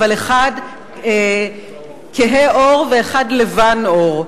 אבל אחד כהה עור ואחד לבן עור.